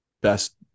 best